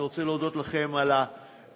אני רוצה להודות לכם על ההאזנה.